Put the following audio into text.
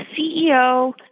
CEO